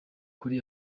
kuri